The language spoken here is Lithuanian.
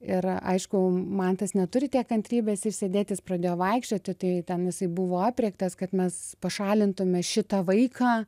ir aišku mantas neturi tiek kantrybės išsėdėti jis pradėjo vaikščioti tai ten jisai buvo aprėktas kad mes pašalintume šitą vaiką